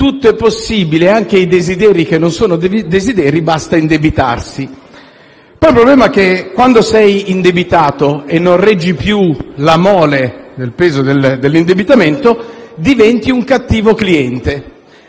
tutto è possibile, anche i desideri che non sono desideri, basta indebitarsi. Il problema è che quando sei indebitato e non reggi più la mole del peso dell'indebitamento, diventi un cattivo cliente.